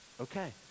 Okay